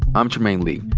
i'm trymaine lee.